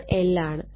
ഇത് L ആണ്